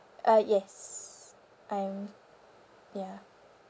ah yes I'm ya